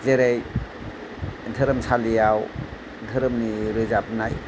जेरै धोरोमसालियाव धोरोमनि रोजाबनाय